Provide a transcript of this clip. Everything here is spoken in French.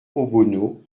obono